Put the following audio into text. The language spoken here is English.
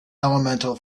elemental